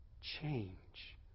change